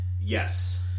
Yes